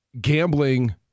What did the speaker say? gambling